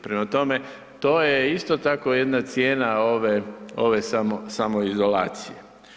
Prema tome, to je isto tako jedna cijena ove samoizolacije.